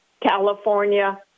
California